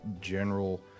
general